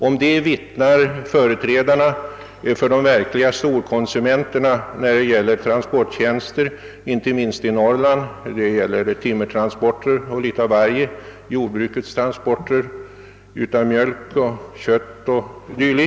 Därom kan företrädare för de verkliga storkonsumenterna på transporttjänster vittna, inte minst i Norrland. Det gäller timmertransporter, jordbrukets transporter av mjölk och kött m.m.